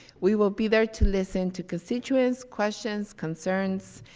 we will be there to listen to constituents, questions, concerns,